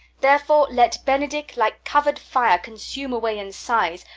therefore let benedick, like cover'd fire, consume away in sighs,